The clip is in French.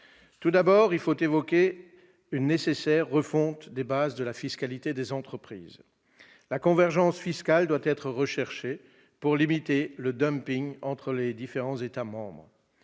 D'une part, il faut évoquer une nécessaire refonte des bases de la fiscalité des entreprises. La convergence fiscale doit être recherchée pour limiter le entre les différents États membres.